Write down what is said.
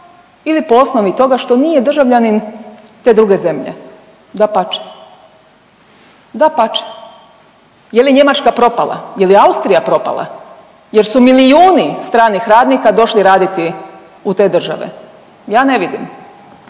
ili po osnovi toga što nije državljanin te druge zemlje, dapače, dapače. Je li Njemačka propala, je li Austrija propala jer su milijuni stranih radnika došli raditi u te države? Ja ne vidim,